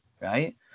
Right